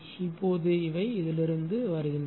இப்போது இவை இதிலிருந்து வருகிறது